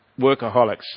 Workaholics